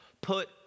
Put